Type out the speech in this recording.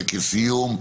"טקס סיום",